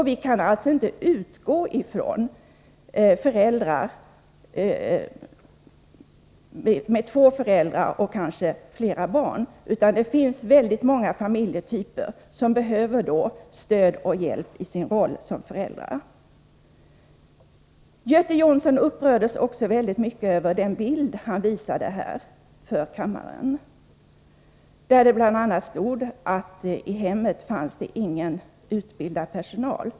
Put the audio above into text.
Vi kan alltså inte utgå ifrån att familjerna består av två föräldrar och flera barn, utan det finns en mängd olika typer av familjer, där man behöver stöd och hjälp i föräldrarollen. Göte Jonsson upprördes mycket över den bild han visade för kammaren och där det i texten stod bl.a. att i hemmet fanns ingen utbildad personal.